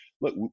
look